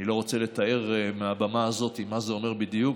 אני לא רוצה לתאר מהבמה הזאת מה זה אומר בדיוק.